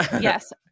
yes